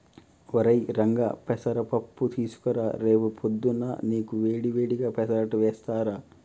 ఒరై రంగా పెసర పప్పు తీసుకురా రేపు పొద్దున్నా నీకు వేడి వేడిగా పెసరట్టు వేస్తారు